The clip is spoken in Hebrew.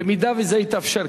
במידה שזה יתאפשר,